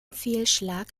fehlschlag